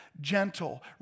gentle